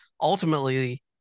ultimately